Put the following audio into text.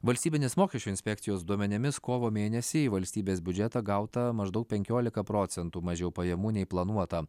valstybinės mokesčių inspekcijos duomenimis kovo mėnesį į valstybės biudžetą gauta maždaug penkiolika procentų mažiau pajamų nei planuota